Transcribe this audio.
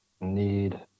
need